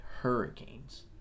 Hurricanes